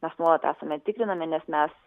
mes nuolat esame tikrinami nes mes